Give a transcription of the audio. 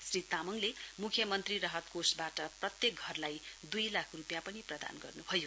श्री तामाङले मुख्य मन्त्री राहत कोशवाट प्रत्येक घरलाई दुई लाख रुपियाँ प्रदान गर्नुभयो